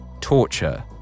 Torture